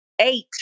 Eight